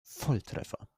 volltreffer